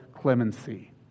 clemency